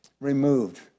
removed